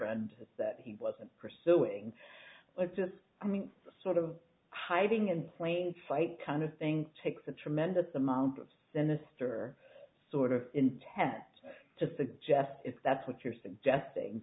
that he wasn't pursuing it just sort of hiding in plain sight kind of thing takes a tremendous amount of sinister sort of intent to suggest if that's what you're suggesting